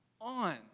on